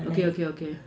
okay okay okay